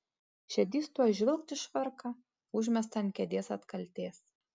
šedys tuoj žvilgt į švarką užmestą ant kėdės atkaltės